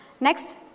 Next